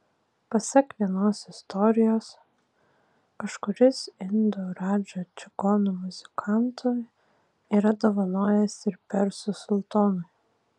pasak vienos istorijos kažkuris indų radža čigonų muzikantų yra dovanojęs ir persų sultonui